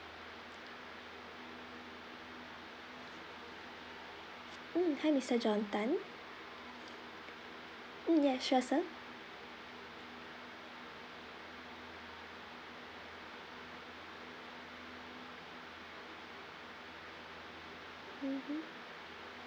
mm hi mister john tan mm ya sure sir mmhmm